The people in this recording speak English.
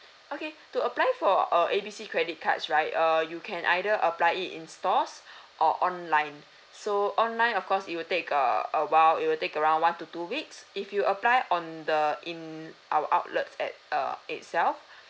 okay to apply for uh A B C credit cards right err you can either apply it in stores or online so online of course it will take a a while it will take around one to two weeks if you apply it on the in our outlets at uh itself